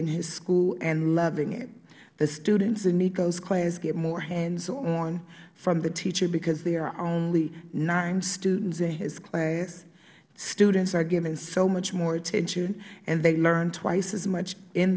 in his school and loving it the students in nico's class get more hands on from the teacher because there are only nine students in his class students are given so much more attention and they learn twice as much in